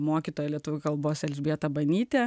mokytoja lietuvių kalbos elžbieta banytė